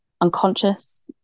unconscious